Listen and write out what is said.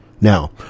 Now